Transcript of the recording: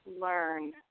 learn